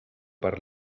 per